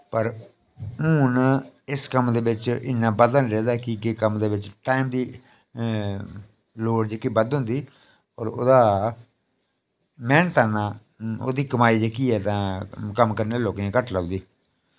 पर हुन इस कम्म दे बिच इन्ना बाधा निं रेह्दा कि के कम्म दे बिच टैम दी लोड़ जेह्की बद्ध होंदीऔर ओह्दा मैह्नत दी कमाई जेह्की ऐ तां कम्म करने आह्ले लोके दी घट्ट लब्भदी